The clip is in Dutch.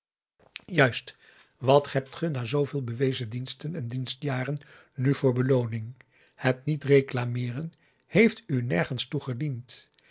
juist wat hebt ge na zooveel bewezen diensten en dienstjaren nu voor belooning het niet reclameeren heeft u nergens toe